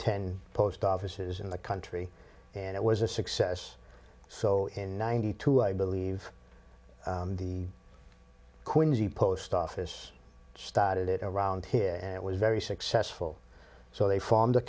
ten post offices in the country and it was a success so in ninety two i believe the quinsey post office started it around here and it was very successful so they formed a